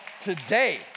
today